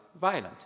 violent